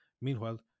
Meanwhile